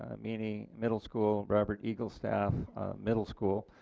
ah meany middle school, robert eagle staff middle school.